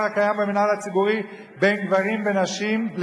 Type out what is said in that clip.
הקיים במינהל הציבורי בין גברים לנשים,